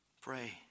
Pray